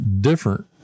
different